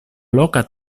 loka